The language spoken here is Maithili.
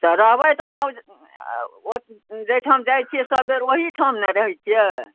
तऽ रहबै तऽ अहाँ जाहिठाम जाइ छियै सब बेर ओहिठाम ने रहै छियै